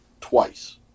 twice